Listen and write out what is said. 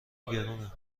گرونه